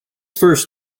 first